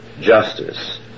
justice